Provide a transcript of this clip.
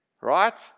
Right